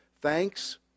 Thanks